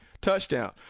touchdown